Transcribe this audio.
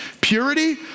Purity